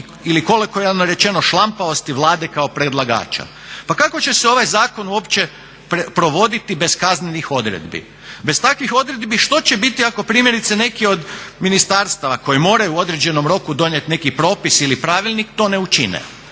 ili kolokvijalno rečeno šlampavosti Vlade kao predlagača. Pa kako će se ovaj zakon uopće provoditi bez kaznenih odredbi? Bez takvih odredbi što će biti ako primjerice neki od ministarstava koji moraju u određenom roku donijeti neki propis ili pravilnik to ne učine?